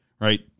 right